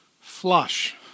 flush